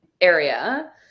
area